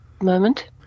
moment